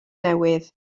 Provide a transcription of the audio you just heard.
newydd